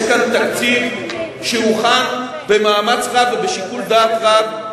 יש כאן תקציב שהוכן במאמץ רב ובשיקול דעת רב,